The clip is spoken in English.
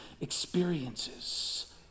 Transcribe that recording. experiences